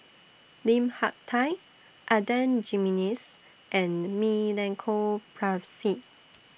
Lim Hak Tai Adan Jimenez and Milenko Prvacki